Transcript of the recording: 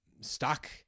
stuck